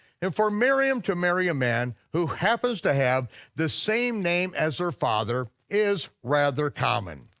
and for miriam to marry a man who happens to have the same name as her father, is rather common.